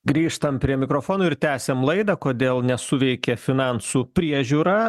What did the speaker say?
grįžtam prie mikrofono ir tęsiam laidą kodėl nesuveikė finansų priežiūra